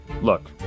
Look